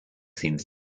seems